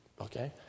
okay